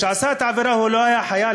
שכשעשה את העבירה הוא לא היה חייל,